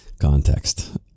context